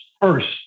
first